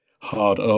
hard